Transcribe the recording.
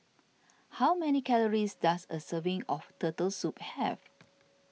how many calories does a serving of Turtle Soup have